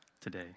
today